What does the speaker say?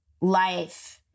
life—